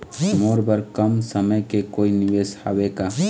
मोर बर कम समय के कोई निवेश हावे का?